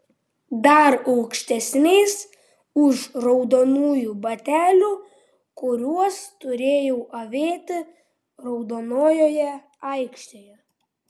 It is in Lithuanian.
dar aukštesniais už raudonųjų batelių kuriuos turėjau avėti raudonojoje aikštėje